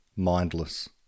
Mindless